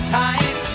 time